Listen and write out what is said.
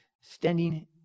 standing